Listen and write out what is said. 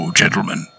gentlemen